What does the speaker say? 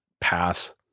pass